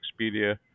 Expedia